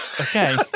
Okay